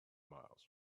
miles